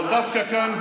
רק שלך.